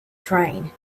train